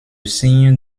signe